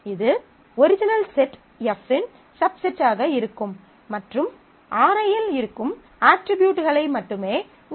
இது original set F இன் சப்செட்டாக இருக்கும் மற்றும் Ri இல் இருக்கும் அட்ரிபியூட்களை மட்டுமே உள்ளடக்கியது ஆகும்